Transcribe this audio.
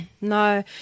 No